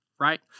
right